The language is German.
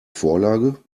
vorlage